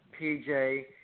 PJ